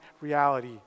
reality